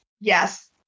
Yes